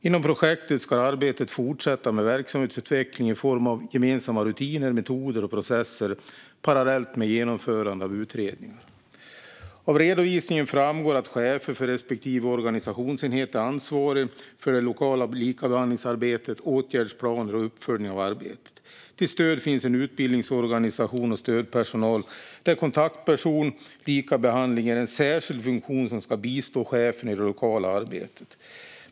Inom projektet ska arbetet fortsätta med verksamhetsutveckling i form av gemensamma rutiner, metoder och processer, parallellt med genomförande av utredningar." Av redovisningen framgår att "chef för organisationsenhet är ansvarig för det lokala likabehandlingsarbetet, åtgärdsplaner och uppföljning av arbetet. Till stöd finns en utbildningsorganisation och stödpersonal, där kontaktperson likabehandling är en särskild funktion som ska bistå chefen i det lokala arbetet.